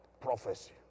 prophecy